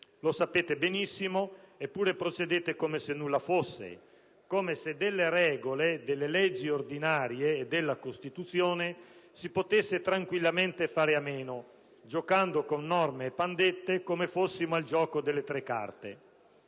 Lo sapete benissimo. Eppure procederete come se nulla fosse, come se delle regole, delle leggi ordinarie e della Costituzione si potesse tranquillamente fare a meno, giocando con norme e pandette come fossimo al gioco delle tre carte.